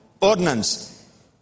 ordinance